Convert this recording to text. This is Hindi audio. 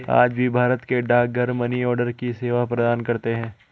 आज भी भारत के डाकघर मनीआर्डर की सेवा प्रदान करते है